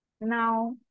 Now